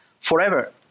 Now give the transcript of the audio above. forever